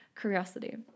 curiosity